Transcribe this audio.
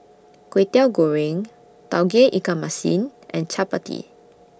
Kwetiau Goreng Tauge Ikan Masin and Chappati